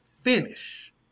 finish